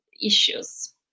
issues